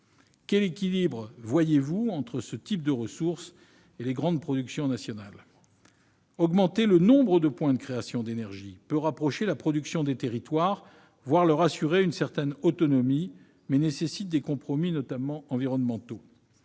Quel équilibre voyez-vous entre ce type de ressources et les grandes productions nationales ? Augmenter le nombre de points de création d'énergie peut rapprocher la production des territoires, voire leur assurer une certaine autonomie, mais nécessite des compromis, notamment environnementaux.